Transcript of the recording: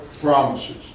promises